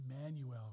Emmanuel